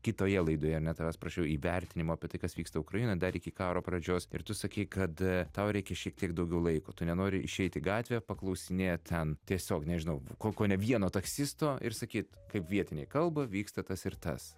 kitoje laidoje ar ne tavęs prašiau įvertinimo apie tai kas vyksta ukrainoj dar iki karo pradžios ir tu sakei kad tau reikia šiek tiek daugiau laiko tu nenori išeit į gatvę paklausinėt ten tiesiog nežinau ko kone vieno taksisto ir sakyt kaip vietiniai kalba vyksta tas ir tas